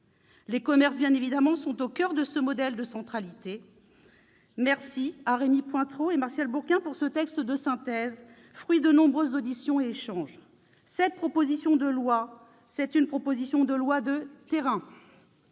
Les commerces, bien évidemment, sont au coeur de ce modèle de centralité. Je remercie Rémy Pointereau et Martial Bourquin pour ce texte de synthèse, fruit de nombreuses auditions et échanges. Cette proposition de loi est une proposition de loi de terrain.